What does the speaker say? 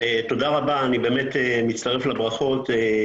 תודה רבה, אני באמת מצטרף לברכות.